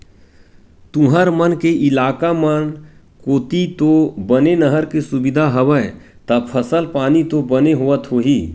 तुंहर मन के इलाका मन कोती तो बने नहर के सुबिधा हवय ता फसल पानी तो बने होवत होही?